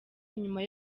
inyuma